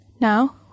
Now